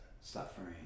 suffering